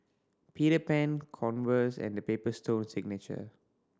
Peter Pan Converse and The Paper Stone Signature